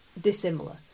dissimilar